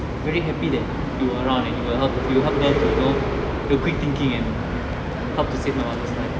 very happy that you around you got help you help belle to you know to quick thinking and help to save my mother's life